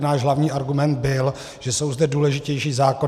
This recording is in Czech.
Náš hlavní argument byl, že jsou zde důležitější zákony.